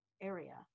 area